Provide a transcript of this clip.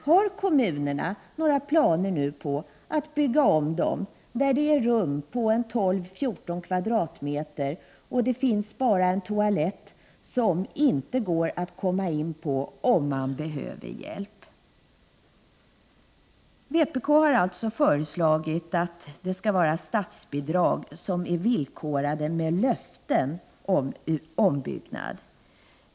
Har kommunerna några planer på att bygga om ålderdomshem ' 13 december 1988 som har rum på 12-14 m? och som har en toalett som man inte kan kommaini = ye om man behöver hjälp vid toalettbesöket? Vpk har föreslagit att statsbidragen skall vara villkorade med löften om ombyggnad.